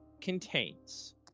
contains